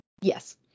yes